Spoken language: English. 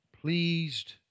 pleased